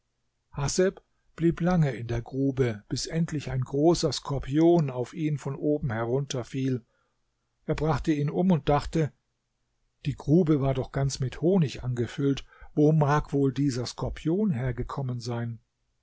haseb blieb lange in der grube bis endlich ein großer skorpion auf ihn von oben herunterfiel er brachte ihn um und dachte die grube war doch ganz mit honig angefüllt wo mag wohl dieser skorpion hergekommen sein